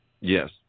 Yes